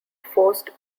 forced